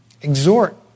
Exhort